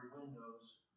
windows